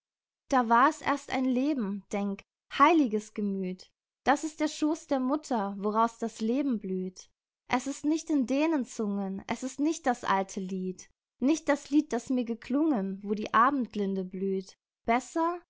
da war es erst ein leben denk heiliges gemüth das ist der schooß der mutter woraus das leben blüht es ist nicht in dänenzungen es ist nicht das alte lied nicht das lied das mir geklungen wo die abendlinde blüht besser